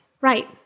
Right